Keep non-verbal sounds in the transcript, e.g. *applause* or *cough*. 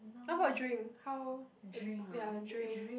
how about drink how *noise* ya drink